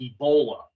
Ebola